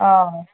অঁ